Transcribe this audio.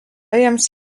jiems